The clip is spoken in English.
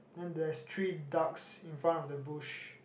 then there's three ducks in front of the bush